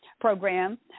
program